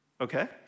Okay